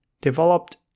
developed